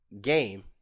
game